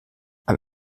ein